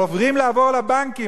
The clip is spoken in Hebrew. שרובם ככולם עוברים לעבוד בבנקים,